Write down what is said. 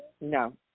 No